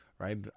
right